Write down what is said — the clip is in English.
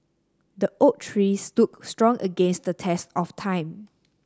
the oak tree stood strong against the test of time